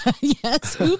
Yes